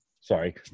sorry